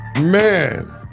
Man